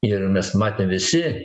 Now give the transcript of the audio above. ir mes matėm visi